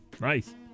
Nice